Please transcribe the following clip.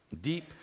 deep